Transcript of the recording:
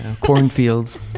Cornfields